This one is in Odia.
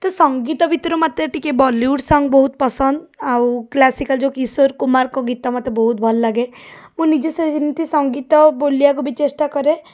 ତ ସଙ୍ଗୀତ ଭିତରୁ ମୋତେ ଟିକିଏ ବଲିଉଡ଼ ସଙ୍ଗ ବହୁତ ପସନ୍ଦ ଆଉ କ୍ଲାସିକାଲ ଯେଉଁ କିଶୋର କୁମାରଙ୍କ ଗୀତ ମୋତେ ବହୁତ ପସନ୍ଦ ମୁଁ ନିଜେ ସେମତି ସଙ୍ଗୀତ ବୋଲିବାକୁ ଚେଷ୍ଟା କରେ